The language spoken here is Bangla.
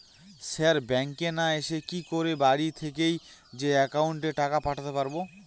স্যার ব্যাঙ্কে না এসে কি করে বাড়ি থেকেই যে কাউকে টাকা পাঠাতে পারবো?